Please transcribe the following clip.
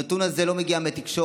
הנתון הזה לא מגיע לתקשורת,